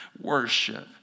worship